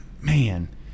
man